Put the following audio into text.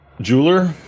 Jeweler